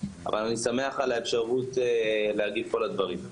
אבל אני שמח על האפשרות להגיב פה לדברים.